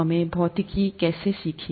हमने भौतिकी कैसे सीखे